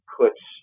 puts